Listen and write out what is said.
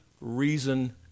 reason